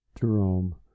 Jerome